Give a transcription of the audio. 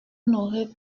n’aurez